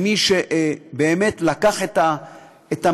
כמי שבאמת לקח את המושכות,